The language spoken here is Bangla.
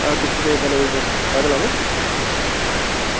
আচ্ছা ঠিক আছে তাহলে ওই কথাই রাখলাম হ্যাঁ